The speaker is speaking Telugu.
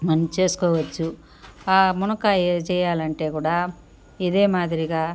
మనం చేసుకోవచ్చు మునక్కాయ చేయాలంటే గూడా ఇదే మాదిరిగా